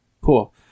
Cool